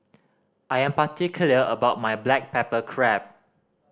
I am particular about my black pepper crab